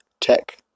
tech